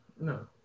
No